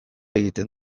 egiten